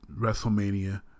WrestleMania